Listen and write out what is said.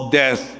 death